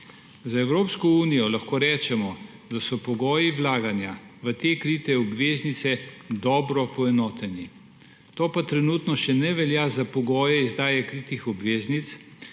uniji lahko rečemo, da so pogoji vlaganja v te krite obveznice dobro poenoteni. To pa trenutno še ne velja za pogoje izdaje kritih obveznic,